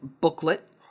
booklet